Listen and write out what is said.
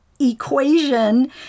equation